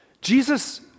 Jesus